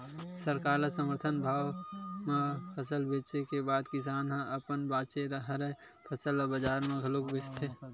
सरकार ल समरथन भाव म फसल बेचे के बाद किसान ह अपन बाचे हरय फसल ल बजार म घलोक बेचथे